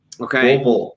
Okay